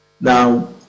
Now